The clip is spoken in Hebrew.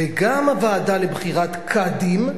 וגם הוועדה לבחירת קאדים,